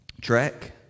trek